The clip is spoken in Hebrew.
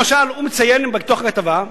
למשל, הוא מציין בכתבה,